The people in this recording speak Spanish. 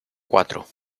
cuatro